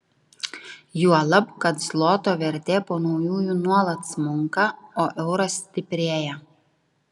juolab kad zloto vertė po naujųjų nuolat smunka o euras stiprėja